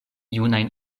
junajn